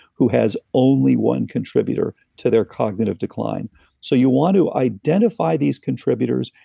who has only one contributor to their cognitive decline so you want to identify these contributors,